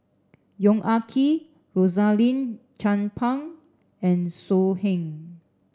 Yong Ah Kee Rosaline Chan Pang and So Heng